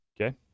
Okay